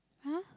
!huh!